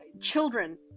Children